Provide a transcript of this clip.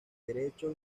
derecho